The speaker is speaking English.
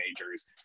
majors